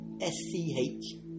S-C-H